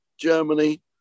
Germany